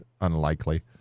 unlikely